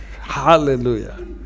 Hallelujah